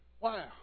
Wow